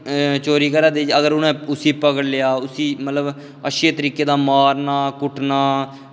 चोरी करादे अगर उ'नें उस्सी पकड़ी लेआ उस्सी मतलब अच्छे तरीके दा मारना कुट्टना